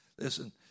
listen